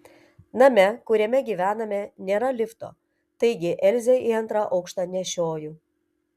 name kuriame gyvename nėra lifto taigi elzę į antrą aukštą nešioju